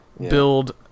build